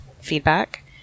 feedback